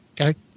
Okay